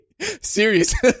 serious